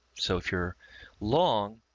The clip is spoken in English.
so if you're long,